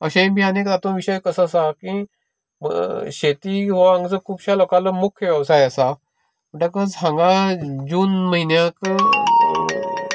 तेंय बी तातून विशय कसो आसा की शेती हो जो त्या लोकालो मुख्य वेवसाय आसा म्हणटकच हांगा जून म्हयन्याक